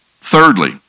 Thirdly